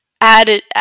added